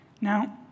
Now